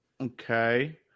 Okay